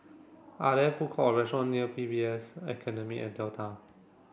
are there food court or restaurant near P S B Academy at Delta